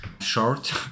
short